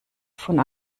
von